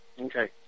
Okay